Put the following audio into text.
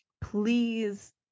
please